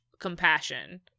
Compassion